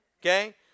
okay